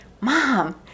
Mom